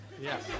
Yes